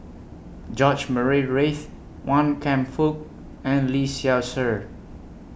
George Murray Reith Wan Kam Fook and Lee Seow Ser